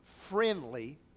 friendly